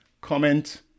comment